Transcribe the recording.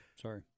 sorry